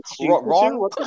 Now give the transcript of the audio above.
Wrong